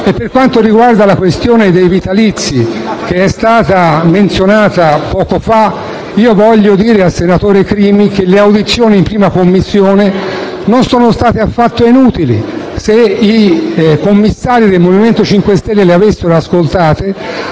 Per quanto riguarda la questione dei vitalizi, menzionata poco fa, vorrei dire al senatore Crimi che le audizioni in 1a Commissione non sono state affatto inutili. Se i commissari del Movimento 5 Stelle le avessero ascoltate,